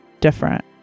Different